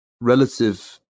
Relative